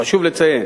חשוב לציין